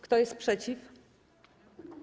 Kto jest przeciw?